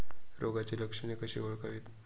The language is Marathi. रोगाची लक्षणे कशी ओळखावीत?